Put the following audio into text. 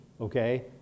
okay